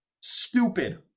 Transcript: Stupid